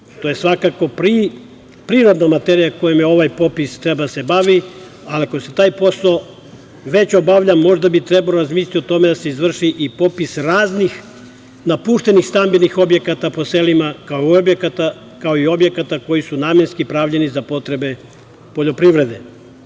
To je svakako prirodna materija kojom ovaj popis treba da se bavi, ali ako se taj posao već obavlja, možda bi trebalo razmisliti o tome da se izvrši i popis raznih napuštenih stambenih objekata po selima, kao i objekata koji su namenski pravljeni za potrebe poljoprivrede. Mi